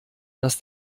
dass